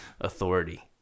authority